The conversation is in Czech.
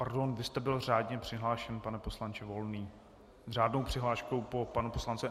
Pardon, vy jste byl řádně přihlášen, pane poslanče Volný, s řádnou přihláškou po panu poslanci...